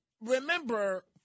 remember